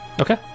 Okay